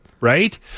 Right